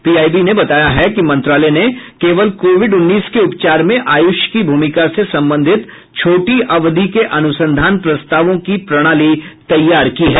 PIB ने बताया है कि मंत्रालय ने केवल कोविड उन्नीस के उपचार में आयुष की भूमिका से संबंधित छोटी अवधि के अनुसंधान प्रस्तावों की प्रणाली तैयार की है